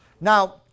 Now